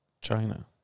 China